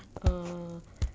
um